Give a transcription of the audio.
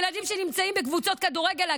ילדים שנמצאים בקבוצות כדורגל,